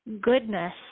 goodness